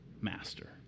master